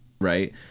Right